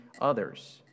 others